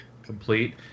Complete